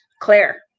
Claire